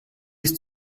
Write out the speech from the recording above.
ist